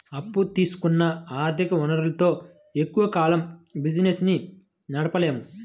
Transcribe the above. అప్పు తెచ్చుకున్న ఆర్ధిక వనరులతో ఎక్కువ కాలం బిజినెస్ ని నడపలేము